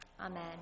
Amen